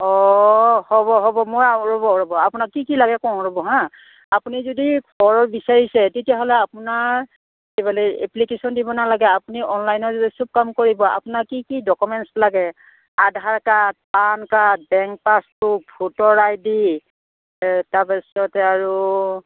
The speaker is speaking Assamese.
অঁ হ'ব হ'ব মই ৰ'ব ৰ'ব আপোনাক কি কি লাগে কওঁ ৰ'ব হাঁ আপুনি যদি ঘৰ বিচাৰিছে তেতিয়াহ'লে আপোনাৰ কি বোলে এপ্লিকেশ্যন দিব নালাগে আপুনি অনলাইনত যদি চব কাম কৰিব আপোনাৰ কি কি ডকুমেণ্টছ লাগে Aadhaar card PAN card bank passbook ভোটৰ আই ডি তাৰপিছতে আৰু